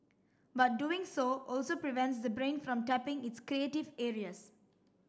but doing so also prevents the brain from tapping its creative areas